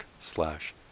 slash